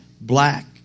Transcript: black